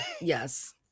Yes